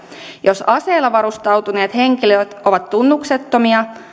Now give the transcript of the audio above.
jos aseilla varustautuneet henkilöt ovat tunnuksettomia